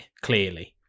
Clearly